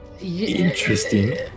Interesting